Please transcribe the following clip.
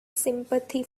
sympathy